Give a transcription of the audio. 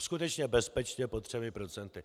Skutečně bezpečně pod 3 %.